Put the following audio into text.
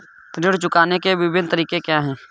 ऋण चुकाने के विभिन्न तरीके क्या हैं?